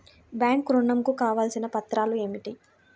Bank ఋణం కు కావలసిన పత్రాలు ఏమిటి?